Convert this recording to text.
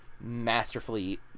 masterfully